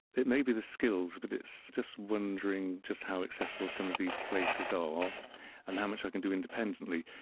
it may be the skills but it's just wondering just how accessible some of these places are and how much i can do independently.